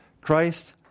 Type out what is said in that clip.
Christ